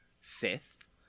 Sith